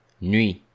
Nuit